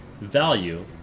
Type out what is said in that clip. Value